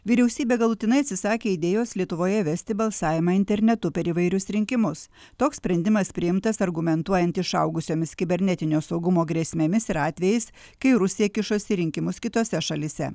vyriausybė galutinai atsisakė idėjos lietuvoje įvesti balsavimą internetu per įvairius rinkimus toks sprendimas priimtas argumentuojant išaugusiomis kibernetinio saugumo grėsmėmis ir atvejais kai rusija kišasi į rinkimus kitose šalyse